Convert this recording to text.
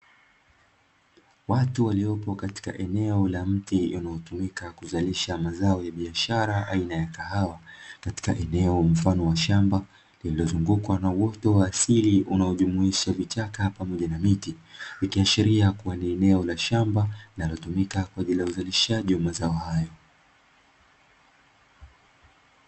Watu waliopo katika eneo la mti unaotumika kuzalisha mazao ya biashara aina ya kahawa, katika eneo mfano wa shamba, lililozungukwa na uote wa asili unaojumuisha vichaka pamoja na miti, ikiashiria ria kuwa ni eneo la shamba linalotumika kwa ajili ya uzalishaji wa mazao hayo.